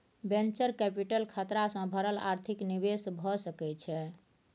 venture capital खतरा सँ भरल आर्थिक निवेश भए सकइ छइ